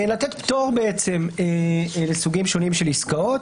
לתת פטור בעצם לסוגים שונים של עסקאות.